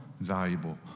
valuable